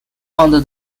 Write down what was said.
under